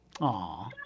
Aw